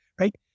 right